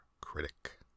Critic